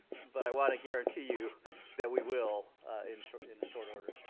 but i want to guarantee you that we will in short in short order.